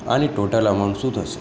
આની total amount શું થશે